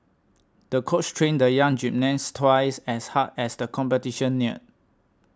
the coach trained the young gymnast twice as hard as the competition neared